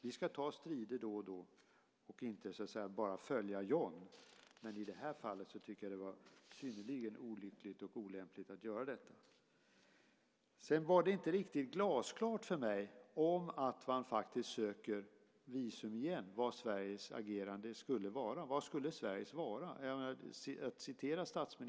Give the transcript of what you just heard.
Vi ska ta strider då och då och inte bara följa John, men i det här fallet tycker jag att det var synnerligen olyckligt och olämpligt att göra detta. Det blev inte glasklart för mig vad Sveriges agerande skulle vara om man söker visum igen. Vad skulle Sverige svara?